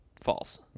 false